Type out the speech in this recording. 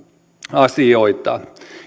asioita